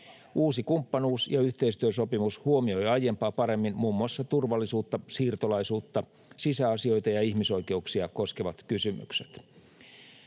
Uusi kumppanuus- ja yhteistyösopimus huomioi aiempaa paremmin muun muassa turvallisuutta, siirtolaisuutta, sisäasioita ja ihmisoikeuksia koskevat kysymykset.